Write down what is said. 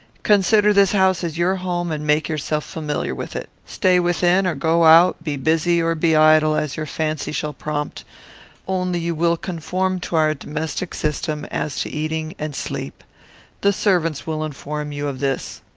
consider this house as your home and make yourself familiar with it. stay within or go out, be busy or be idle, as your fancy shall prompt only you will conform to our domestic system as to eating and sleep the servants will inform you of this.